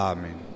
Amen